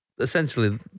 Essentially